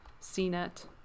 cnet